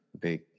Big